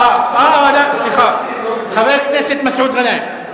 סליחה, חבר הכנסת מסעוד גנאים.